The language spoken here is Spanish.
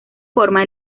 forma